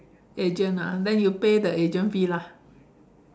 agent ah then you pay the agent fee lah